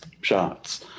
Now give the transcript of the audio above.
shots